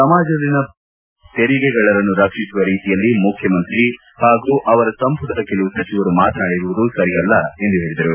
ಸಮಾಜದಲ್ಲಿನ ಭ್ರಷ್ಟ ವ್ಯಕ್ತಿಗಳು ಹಾಗೂ ತೆರಿಗೆಗಳ್ಳರನ್ನು ರಕ್ಷಿಸುವ ರೀತಿಯಲ್ಲಿ ಮುಖ್ಯಮಂತ್ರಿ ಹಾಗೂ ಅವರ ಸಂಪುಟದ ಕೆಲವು ಸಚಿವರು ಮಾತನಾಡಿರುವುದು ಸರಿಯಲ್ಲ ಎಂದು ಹೇಳಿದರು